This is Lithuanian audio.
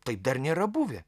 taip dar nėra buvę